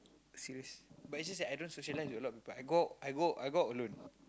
serious but is just that I don't socialize with a lot of people I go I go I go out alone